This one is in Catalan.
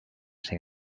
ser